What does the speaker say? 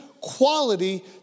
quality